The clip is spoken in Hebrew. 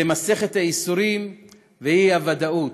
למסכת הייסורים והאי-ודאות.